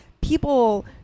people